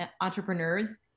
entrepreneurs